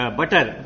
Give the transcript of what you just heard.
butter